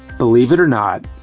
believe it or not,